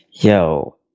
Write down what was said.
Yo